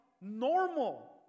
normal